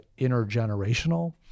intergenerational